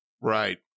Right